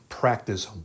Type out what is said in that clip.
practice